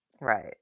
Right